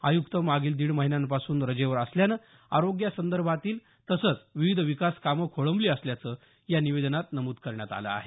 आयुक्त मागील दिड महिन्यांपासून रजेवर असल्यानं आरोग्यासंदर्भातील तसंच विविध विकास कामं खोळबली असल्याचं निवेदनात नमूद करण्यात आलं आहे